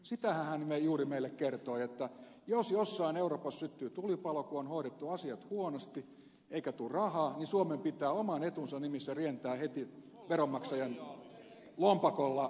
sitähän hän juuri meille kertoi että jos jossain euroopassa syttyy tulipalo kun on hoidettu asiat huonosti eikä tule rahaa niin suomen pitää oman etunsa nimissä rientää heti veronmaksajien lompakolla auttamaan